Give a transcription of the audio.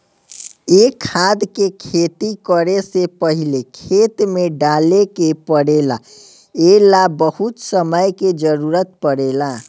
ए खाद के खेती करे से पहिले खेत में डाले के पड़ेला ए ला बहुत समय के जरूरत पड़ेला